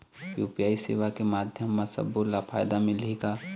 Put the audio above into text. UPI सेवा के माध्यम म सब्बो ला फायदा मिलही का?